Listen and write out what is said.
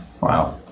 Wow